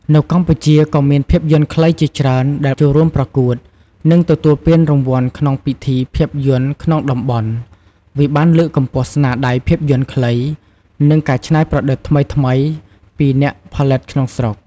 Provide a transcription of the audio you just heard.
នៅកម្ពុជាក៏មានភាពយន្តខ្លីជាច្រើនដែលចូលរួមប្រកួត និងទទួលពានរង្វាន់ក្នុងពិធីភាពយន្តក្នុងតំបន់ វាបានលើកកម្ពស់ស្នាដៃភាពយន្តខ្លី និងការច្នៃប្រឌិតថ្មីៗពីអ្នកផលិតក្នុងស្រុក។។